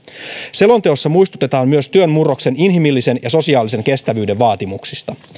selonteossa muistutetaan myös työn murroksen inhimillisen ja sosiaalisen kestävyyden vaatimuksista